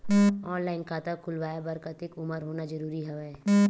Online खाता खुलवाय बर कतेक उमर होना जरूरी हवय?